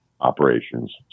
operations